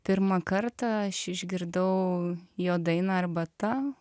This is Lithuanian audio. pirmą kartą aš išgirdau jo dainą arbata